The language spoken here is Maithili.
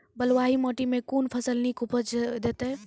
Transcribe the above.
बलूआही माटि मे कून फसल नीक उपज देतै?